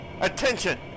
Attention